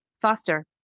foster